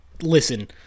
Listen